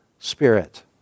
Spirit